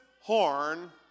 horn